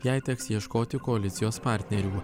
jai teks ieškoti koalicijos partnerių